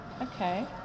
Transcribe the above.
Okay